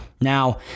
Now